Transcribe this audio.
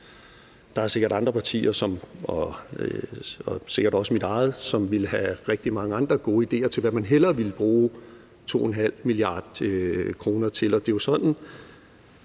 Der er sikkert andre partier – sikkert også mit eget – som ville have rigtig mange andre gode ideer til, hvad man hellere ville bruge 2,5 mia. kr. til, og det er jo sådan,